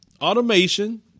Automation